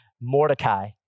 Mordecai